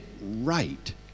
right